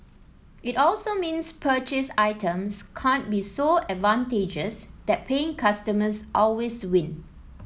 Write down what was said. it also means purchased items can't be so advantageous that paying customers always win